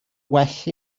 well